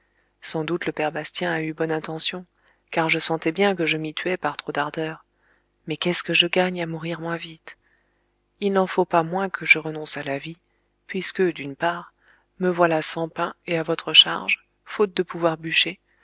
sans doute le père bastien a eu bonne intention car je sentais bien que je m'y tuais par trop d'ardeur mais qu'est-ce que je gagne à mourir moins vite il n'en faut pas moins que je renonce à la vie puisque d'une part me voilà sans pain et à votre charge faute de pouvoir bûcher